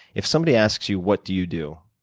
if somebody asks you what do you do?